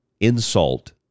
insult